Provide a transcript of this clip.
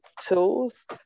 tools